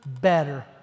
better